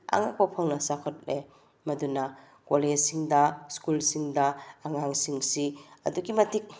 ꯑꯉꯛꯄ ꯐꯪꯅ ꯆꯥꯎꯈꯠꯂꯦ ꯃꯗꯨꯅ ꯀꯣꯂꯦꯖꯁꯤꯡꯗ ꯁ꯭ꯀꯨꯜꯁꯤꯡꯗ ꯑꯉꯥꯡꯁꯤꯡꯁꯤ ꯑꯗꯨꯛꯀꯤ ꯃꯇꯤꯛ